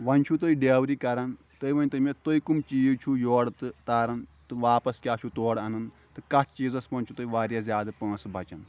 وۄنۍ چھُو تُہۍ ڈیوٕری کران تُہۍ ؤنۍ تُو مےٚ تُہۍ کُم چیٖز چھُو یورٕ تہِ تاران تہٕ واپَس کیٛاہ چھُو تورٕ اَنان تہٕ کتھ چیٖزس منٛز چھُو تُہۍ واریاہ زیادٕ پۄنسہٕ بچَان